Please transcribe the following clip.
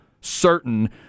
certain